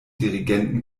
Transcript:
dirigenten